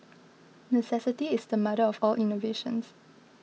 necessity is the mother of all innovations